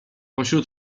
pośród